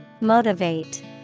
Motivate